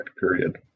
period